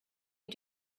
you